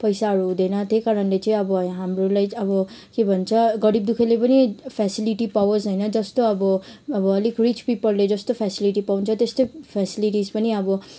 पैसाहरू हुँदैन त्यही कारणले चाहिँ अब हाम्रोलाई अब के भन्छ गरिबदुःखीले पनि फेसिलिटी पाओस् होइन जस्तो अब अब अलिक रिच पिपलले जस्तो फेसिलिटी पाउँछ त्यस्तै फेसिलिटिस पनि अब